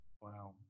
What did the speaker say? Wow